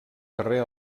carrer